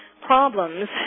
problems